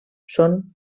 són